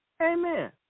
Amen